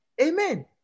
Amen